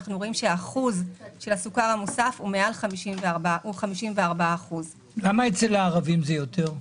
אנחנו רואים שהאחוז של הסוכר המוסף הוא 54%. למה אצל הערבים זה יותר?